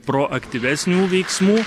proaktyvesnių veiksmų